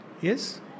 Yes